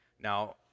Now